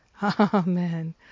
Amen